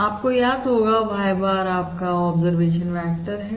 आपको याद होगाy bar आपका ऑब्जर्वेशन वेक्टर है